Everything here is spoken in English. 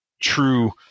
true